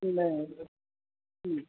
बराेबर